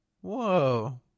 Whoa